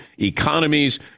economies